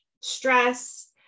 stress